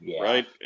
Right